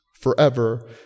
forever